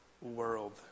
world